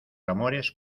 amores